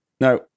now